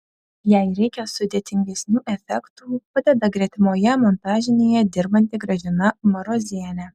jei reikia sudėtingesnių efektų padeda gretimoje montažinėje dirbanti gražina marozienė